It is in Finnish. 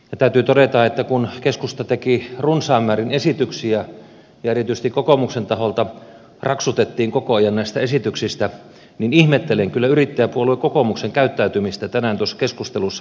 täytyy todeta että kun keskusta teki runsain määrin esityksiä ja erityisesti kokoomuksen taholta raksutettiin koko ajan näistä esityksistä niin ihmettelen kyllä yrittäjäpuolue kokoomuksen käyttäytymistä tänään tuossa keskustelussa